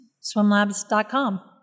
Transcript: swimlabs.com